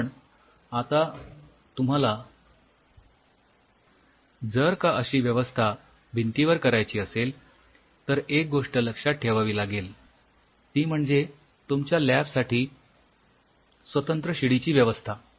पण आता तुम्हाला जर का अशी व्यवस्था भिंतींवर करायची असेल तर एक गोष्ट लक्षात ठेवावी लागेल ती म्हणजे तुमच्या लॅब साठी स्वतंत्र शिडीची व्यवस्था